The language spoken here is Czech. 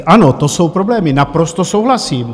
Ano, to jsou problémy, naprosto souhlasím.